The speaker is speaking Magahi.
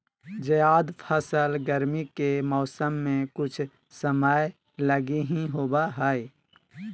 जायद फसल गरमी के मौसम मे कुछ समय लगी ही होवो हय